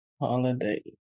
Holiday